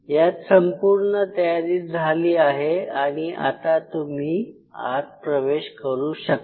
यात संपूर्ण तयारी झाली आहे आणि आता तुम्ही आत प्रवेश करू शकता